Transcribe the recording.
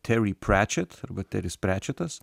tery priačet arba teris prečetas